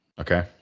Okay